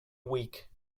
week